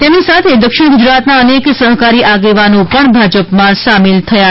તેમની સાથે દક્ષિણ ગુજરાતના અનેક સહકારી આગેવાનો પણ ભાજપમાં સામેલ થયા હતા